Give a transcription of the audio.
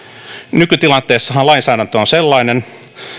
nykytilanteessahan lainsäädäntö on sellainen